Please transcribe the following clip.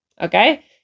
okay